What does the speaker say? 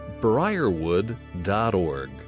briarwood.org